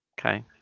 Okay